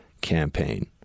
campaign